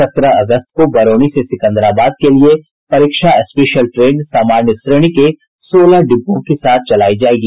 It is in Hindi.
सत्रह अगस्त को बरौनी से सिकंदराबाद के लिए परीक्षा स्पेशल ट्रेन सामान्य श्रेणी के सोलह डिब्बों के साथ चलायी जायेगी